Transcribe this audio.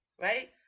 right